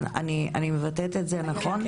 אני מקווה שאני מבטאת את זה נכון.